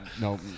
No